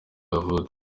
yavutse